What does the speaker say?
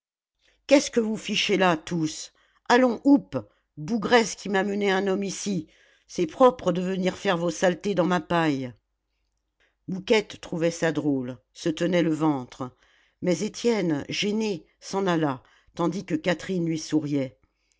qu'est-ce que vous fichez là tous allons houp bougresses qui m'amenez un homme ici c'est propre de venir faire vos saletés dans ma paille mouquette trouvait ça drôle se tenait le ventre mais étienne gêné s'en alla tandis que catherine lui souriait